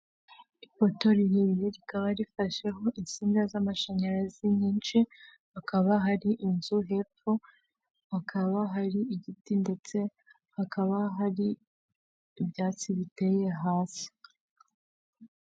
Ipoto rirerire rikaba rifasheho insinga z'amashanyarazi nyinshi, hakaba hari inzu hepfo, hakaba hari igiti ndetse hakaba hari ibyatsi biteye hasi.